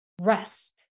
rest